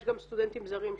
יש גם סטודנטים זרים שלומדים.